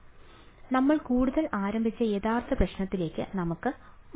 അതിനാൽ നമ്മൾ കൂടുതൽ ആരംഭിച്ച യഥാർത്ഥ പ്രശ്നത്തിലേക്ക് നമുക്ക് മടങ്ങാം